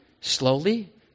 Slowly